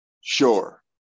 Sure